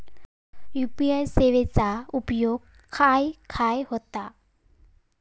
UPI सेवेचा उपयोग खाय खाय होता?